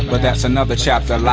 but that's another chapter like